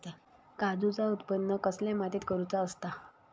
काजूचा उत्त्पन कसल्या मातीत करुचा असता?